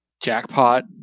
jackpot